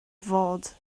fod